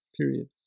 period